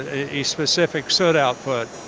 a specific soot output.